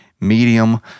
medium